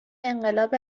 انقلاب